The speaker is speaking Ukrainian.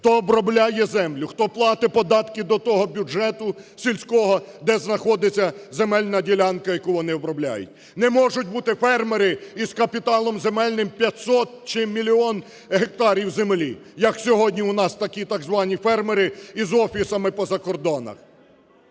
хто обробляє землю, хто платить податки о того бюджету сільського, де знаходиться земельна ділянка, яку вони обробляють. Не можуть бути фермери із капіталом земельним 500 чи мільйон гектарів землі, як сьогодні у нас такі так звані фермери із офісами по закордонах.